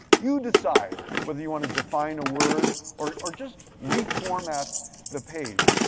you decide whether you wanna define a word or just reformat the page.